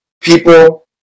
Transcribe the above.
people